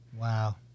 Wow